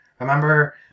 Remember